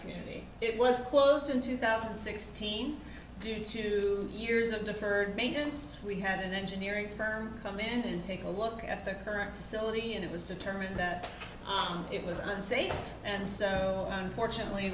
community it was close in two thousand and sixteen due to the years of deferred maintenance we had an engineering firm come in and take a look at the current facility and it was determined that it was unsafe and so unfortunately